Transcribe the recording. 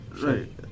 Right